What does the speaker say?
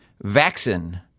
vaccine